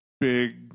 big